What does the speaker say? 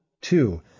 two